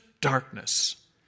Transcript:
darkness